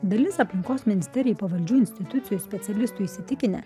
dalis aplinkos ministerijai pavaldžių institucijų specialistų įsitikinę